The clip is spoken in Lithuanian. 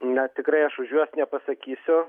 na tikrai aš už juos nepasakysiu